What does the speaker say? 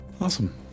Awesome